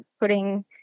putting